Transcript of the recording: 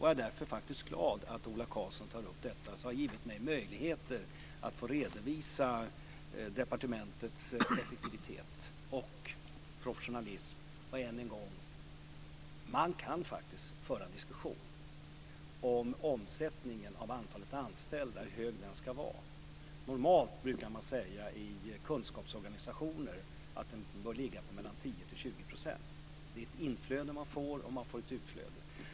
Jag är faktiskt glad över att Ola Karlsson tar upp detta eftersom det gett mig möjlighet att få redovisa departementets effektivitet och professionalism. Och än en gång: Man kan faktiskt föra en diskussion om hur hög omsättningen av antalet anställda ska vara. Normalt brukar man säga att den i kunskapsorganisationer bör ligga på mellan 10 och 20 %. Det är ett inflöde och ett utflöde man får.